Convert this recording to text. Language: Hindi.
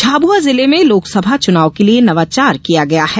झाबुआ जिले में लोकसभा चुनाव के लिये नवाचार किया गया है